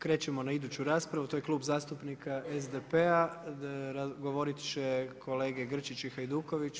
Krećemo na iduću raspravu, to je Klub zastupnika SDP-a, govorit će kolege Grčić i Hajduković.